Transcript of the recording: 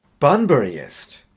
Bunburyist